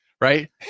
Right